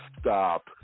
Stop